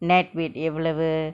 net weight எவுளவு:evulavu